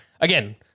again